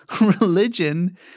religion